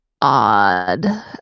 odd